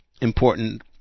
important